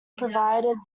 provided